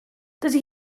dydy